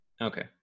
Okay